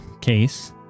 case